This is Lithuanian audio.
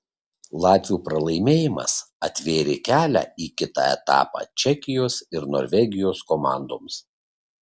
latvių pralaimėjimas atvėrė kelią į kitą etapą čekijos ir norvegijos komandoms